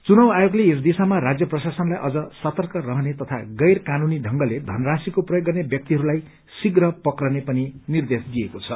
चुनाव आयोगले यस दिशामा राज्य प्रयशासनलाई अझ सर्तक रहने तथा गैर कानूनी ढ़ंगले धनराशिको प्रयोग गर्ने व्याक्तिहरूलाई शीघ्र पक्रने पनि निद्रेश दिइएको छ